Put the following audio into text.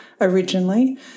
originally